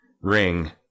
Ring